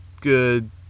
good